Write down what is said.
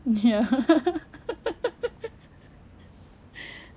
ya